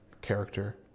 character